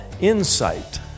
insight